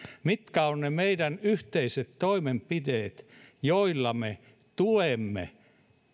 mitkä ovat ne meidän yhteiset toimenpiteet joilla me tuemme